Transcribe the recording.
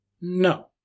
No